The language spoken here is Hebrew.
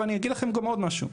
אני אגיד לכם גם עוד משהו,